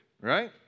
right